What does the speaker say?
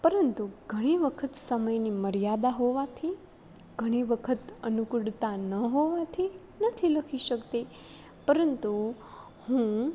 પરંતુ ઘણી વખત સમયની મર્યાદા હોવાથી ઘણી વખત અનુકૂળતા ન હોવાથી નથી લખી શકતી પરંતુ હું